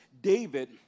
David